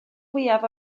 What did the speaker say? fwyaf